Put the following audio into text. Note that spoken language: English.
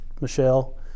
Michelle